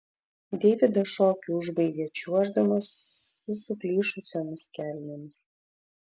deividas šokį užbaigė čiuoždamas su suplyšusiomis kelnėmis